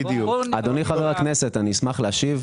אדוני חבר הכנסת, אני אשמח להשיב.